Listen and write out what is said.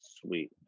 Sweet